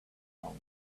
down